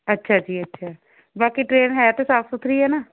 ਅੱਛਾ ਜੀ ਅੱਛਾ ਬਾਕੀ ਟ੍ਰੇਨ ਹੈ ਤਾਂ ਸਾਫ ਸੁਥਰੀ ਹੈ ਨਾ